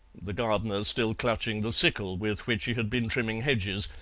the gardener still clutching the sickle with which he had been trimming hedges,